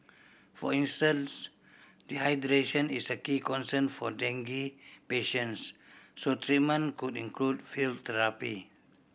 for instance dehydration is a key concern for dengue patients so treatment could include fluid therapy